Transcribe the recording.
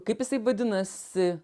kaip jisai vadinasi